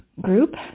group